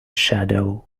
shadow